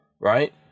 right